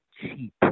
cheap